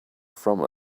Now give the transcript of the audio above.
from